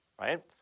right